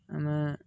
ମାନେ